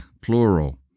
plural